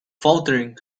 faltering